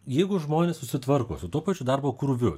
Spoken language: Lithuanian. jeigu žmonės susitvarko su tuo pačiu darbo krūviu